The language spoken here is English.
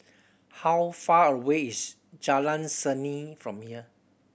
how far away is Jalan Seni from here